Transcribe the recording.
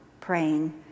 praying